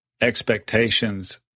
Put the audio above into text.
expectations